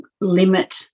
limit